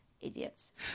idiots